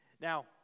Now